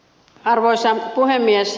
arvoisa puhemies